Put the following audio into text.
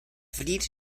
verdiente